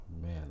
man